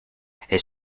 his